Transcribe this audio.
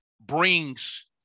brings